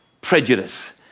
prejudice